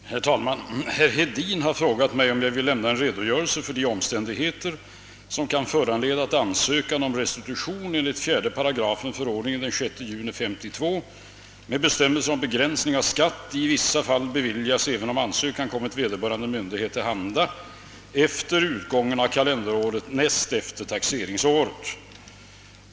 Herr talman! Herr Hedin har frågat mig om jag vill lämna en redogörelse för de omständigheter som kan föranleda att ansökan om restitution enligt 4 § förordningen den 6 juni 1952 med bestämmelser om begränsning av skatt 1 vissa fall beviljas även om ansökan kommit vederbörande myndighet till handa efter utgången av kalenderåret näst efter taxeringsåret.